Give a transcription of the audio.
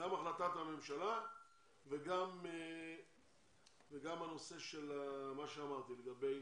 גם החלטת הממשלה וגם הנושא של מה שאמרתי לגבי